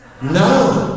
NO